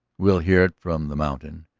we'll hear it from the mountain.